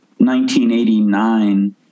1989